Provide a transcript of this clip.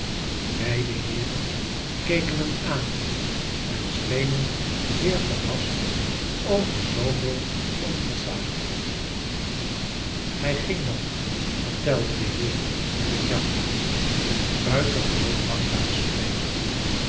beicle heeren keken hem aan en schenen zeer verrast over zooveel onversaagdheid nij ging dan vcrtelde de beer met het jachtgeweer buitengewoon langzaam sprekende